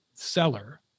Seller